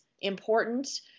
important